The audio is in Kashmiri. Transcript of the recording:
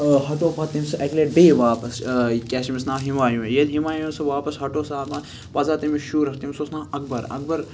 ہٹو پَتہٕ تٔمۍ سُہ اکہِ لٹہِ بیٚیہِ واپَس کیاہ چھُ أمِس ناو ہمایوٗون ییٚلہِ ہِمایُون سُہ واپَس ہٹو سُہ پَتہٕ زاو تٔمِس شُر تٔمِس اوس ناو اَکبَر اَکبَر